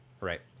Right